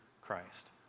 Christ